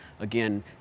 Again